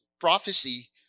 prophecy